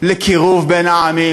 לקירוב בין העמים,